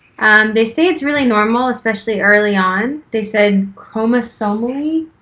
they say it's really normal, especially early on. they said chromosomally